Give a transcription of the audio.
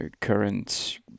current